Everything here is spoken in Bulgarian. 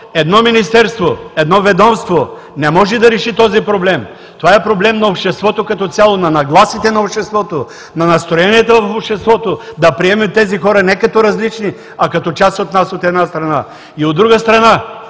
Едно министерство, едно ведомство не може да реши този проблем. Това е проблем на обществото като цяло, на нагласите на обществото, на настроенията в обществото да приемем тези хора не като различни, а като част от нас, от една страна. От друга страна,